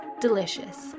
delicious